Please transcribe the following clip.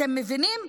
אתם מבינים?